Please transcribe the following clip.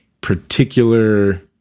particular